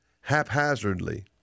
haphazardly